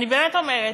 אני באמת אומרת,